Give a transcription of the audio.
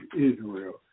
Israel